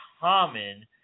common